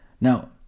Now